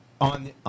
on